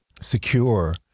secure